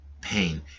pain